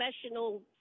professional